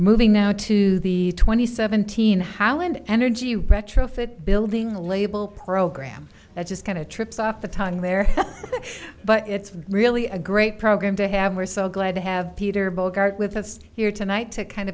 moving now to the twenty seventeen howland energy retrofit building a label program that just kind of trips off the tongue there but it's really a great program to have we're so glad to have peter bogart with us here tonight to kind